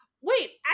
Wait